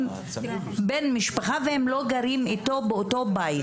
בן משפחה והם לא גרים איתו באותו בית.